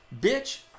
bitch